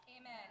Amen